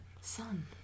Son